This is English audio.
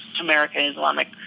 American-Islamic